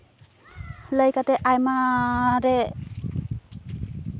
ᱞᱟᱹᱭ ᱠᱟᱛᱮ ᱟᱭᱢᱟ ᱨᱮ